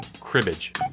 Cribbage